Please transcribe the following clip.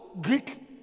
Greek